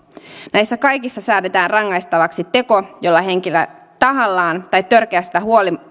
näissä kaikissa säädetään rangaistavaksi teko jolla henkilö tahallaan tai törkeästä